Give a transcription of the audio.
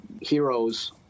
heroes